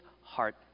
heart